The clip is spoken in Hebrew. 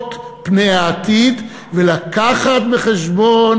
לצפות פני העתיד ולקחת בחשבון,